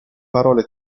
parole